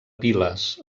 piles